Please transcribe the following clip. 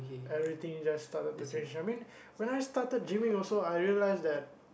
everything just started to change I mean when I started gymming I also I realised that